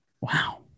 Wow